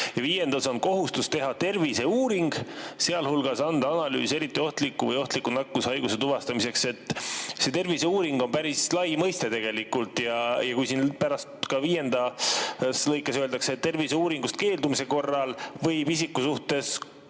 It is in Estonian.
[punktis] on "kohustus teha terviseuuring, sealhulgas anda analüüs eriti ohtliku või ohtliku nakkushaiguse tuvastamiseks". See terviseuuring on päris lai mõiste tegelikult. Kuna ka viiendas lõikes öeldakse, et terviseuuringust keeldumise korral võib isiku suhtes